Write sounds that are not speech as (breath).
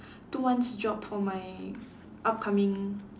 (breath) two month's job for my upcoming